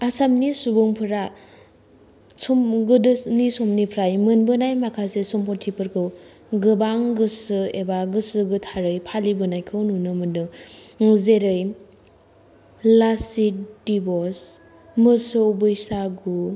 आसामनि सुबुंफोरा सम गोदोनि समनिफ्राय मोनबोनाय माखासे सम्पतिफोरखौ गोबां गोसो एबा गोसो गोथारै फालिबोनायखौ नुनो मोनदों जेरै लाचित दिवस मोसौ बैसागु